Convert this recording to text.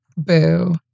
Boo